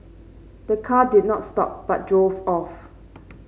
the car did not stop but drove off